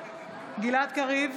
גלעד קריב,